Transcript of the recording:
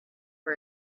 for